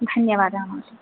धन्यवादाः महोदये